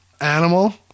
Animal